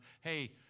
hey